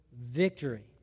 victory